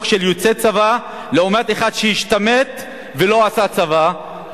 של יוצאי צבא לעומת אחד שהשתמט ולא עשה צבא,